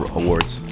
awards